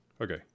okay